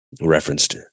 referenced